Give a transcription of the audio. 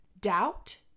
doubt